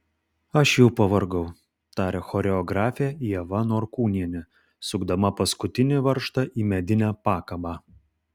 aš jau pavargau tarė choreografė ieva norkūnienė sukdama paskutinį varžtą į medinę pakabą